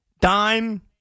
dime